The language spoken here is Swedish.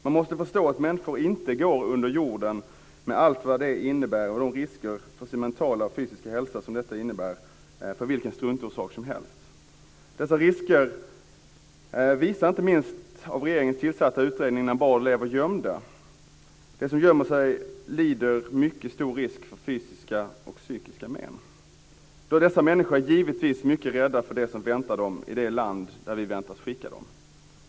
Man måste förstå att människor inte går under jorden med allt vad det innebär, och de risker för sin mentala och fysiska hälsa som det innebär, för vilken struntorsak som helst. Dessa risker visas inte minst av regeringens tillsatta utredning om när barn lever gömda. De som gömmer sig löper mycket stor risk för psykiska och fysiska men. Dessa människor är givetvis mycket rädda för det som väntar dem i det land dit vi väntas skicka dem.